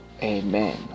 Amen